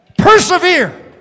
persevere